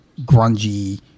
grungy